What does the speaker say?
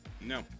no